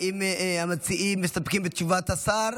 האם המציעים מסתפקים בתשובת השר